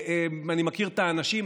אני מכיר את האנשים,